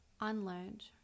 unlearned